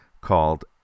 called